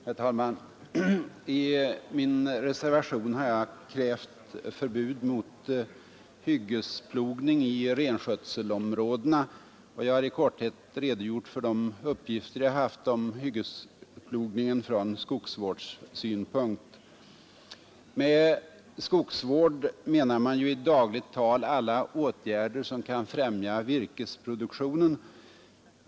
Herr talman! I min reservation har jag krävt förbud mot hyggesplogning i renskötselområdena, och jag har i korthet redogjort för de uppgifter jag haft om hyggesplogningen från skogsvårdssynpunkt. Med skogsvård menar man ju i dagligt tal alla åtgärder som kan främja virkesproduktionen.